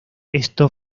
esto